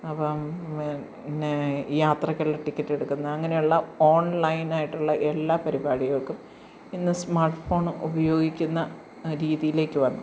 അപ്പം പിന്നെ യാത്രക്കുള്ള ടിക്കറ്റെടുക്കുന്ന അങ്ങനെയുള്ള ഓൺലൈനായിട്ടുള്ള എല്ലാ പരിപാടികൾക്കും ഇന്ന് സ്മാർട്ട് ഫോൺ ഉപയോഗിക്കുന്ന രീതിയിലേക്കു വന്നു